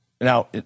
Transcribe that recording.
now